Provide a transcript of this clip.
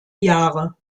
jahre